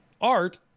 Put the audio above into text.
Art